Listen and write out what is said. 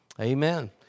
Amen